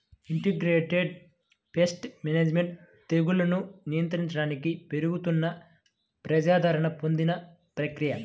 integrated pest management తెగుళ్లను నియంత్రించడానికి పెరుగుతున్న ప్రజాదరణ పొందిన ప్రక్రియ